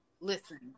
Listen